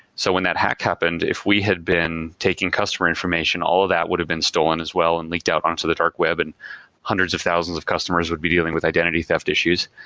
so when that hack happened, if we had been taking customer information, all that would've been stolen as well and leaked out on to the dark web and hundreds of thousands of customers would be dealing with identity theft issues.